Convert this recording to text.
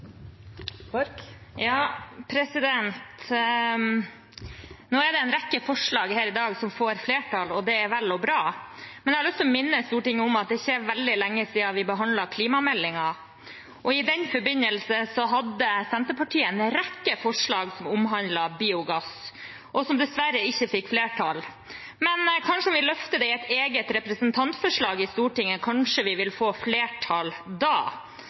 det en rekke forslag her i dag som får flertall, og det er vel og bra. Men jeg har lyst til å minne Stortinget om at det ikke er veldig lenge siden vi behandlet klimameldingen, og i den forbindelse hadde Senterpartiet en rekke forslag som omhandlet biogass, men som dessverre ikke fikk flertall. Men hvis vi løfter det i et eget representantforslag i Stortinget, kanskje vi vil få flertall da?